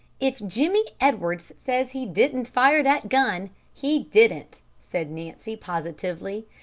if jimmie edwards says he didn't fire that gun, he didn't, said nancy, positively.